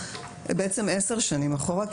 בעצם 10 שנים אחורה,